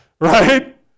Right